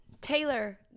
Taylor